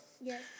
Yes